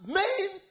main